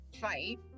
fight